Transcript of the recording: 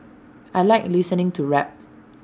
I Like listening to rap